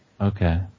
Okay